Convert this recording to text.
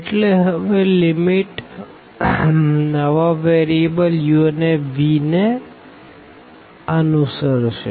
એટલે હવે લીમીટ નવા વેરીએબલ u અને vને અનુસરશે